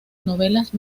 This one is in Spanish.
novelas